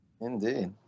Indeed